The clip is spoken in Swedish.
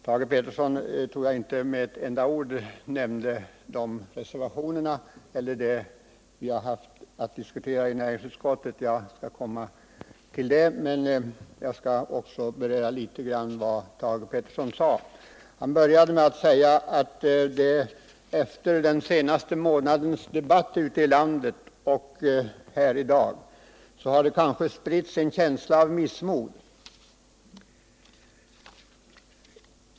Jag tror inte att Thage Peterson med ett enda ord nämnde de socialdemokratiska reservationerna eller i övrigt det vi hade att diskutera i näringsutskottet — jag skall återkomma till det. Jag skall först beröra en del av det Thage Peterson sade. Han började med att säga att det efter den senaste månadens debatt ute i landet och här i dag kanske har spritt sig en känsla av missmod.